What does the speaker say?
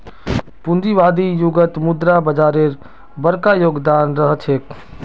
पूंजीवादी युगत मुद्रा बाजारेर बरका योगदान रह छेक